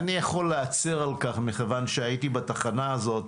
אני יכול להצר על כך, מכיוון שהייתי בתחנה הזאת,